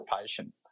patient